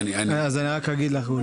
אוקיי, אז יש פה שני דברים.